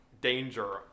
Danger